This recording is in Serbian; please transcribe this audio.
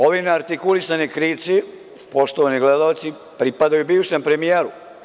Ovi neartikulisani krici, poštovani gledaoci, pripadaju bivšem premijeru.